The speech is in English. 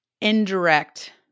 indirect